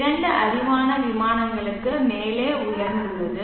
இரண்டு அடிவான விமானங்களுக்கும் மேலே உயர்ந்துள்ளது